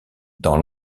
dans